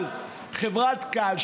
אבל חברת Cal,